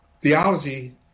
theology